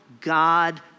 God